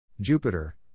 Jupiter